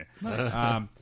Nice